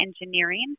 engineering